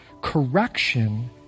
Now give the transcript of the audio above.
correction